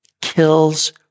kills